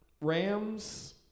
Rams